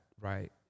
right